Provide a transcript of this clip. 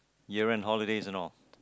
you're in holidays and all